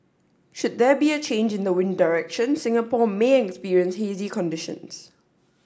should there be a change in the wind direction Singapore may experience hazy conditions